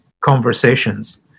conversations